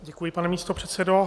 Děkuji, pane místopředsedo.